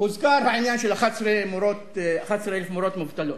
הוזכר העניין של 11,000 מורות מובטלות.